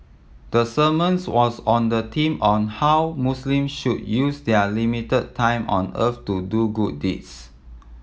the sermons was on the theme of how Muslim should use their limited time on earth to do good deeds